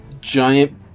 giant